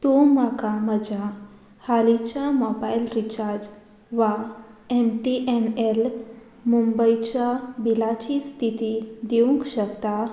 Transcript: तूं म्हाका म्हज्या हालींच्या मोबायल रिचार्ज वा एम टी एन एल मुंबयच्या बिलाची स्थिती दिवंक शकता